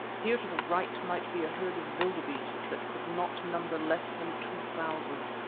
here to the right might be a herd of vilderbeeste that could not number less than two thousand.